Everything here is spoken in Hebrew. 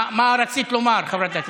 מה רצית לומר, חברת הכנסת?